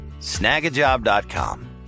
snagajob.com